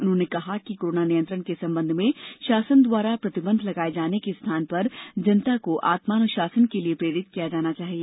उन्होंने कहा कि कोरोना नियंत्रण के संबंध में शासन द्वारा प्रतिबंध लगाए जाने के स्थान पर जनता को आत्मानुशासन के लिए प्रेरित किया जाना चाहिए